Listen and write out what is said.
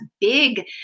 big